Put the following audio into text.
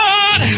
God